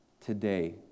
Today